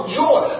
joy